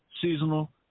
seasonal